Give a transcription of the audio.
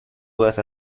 worth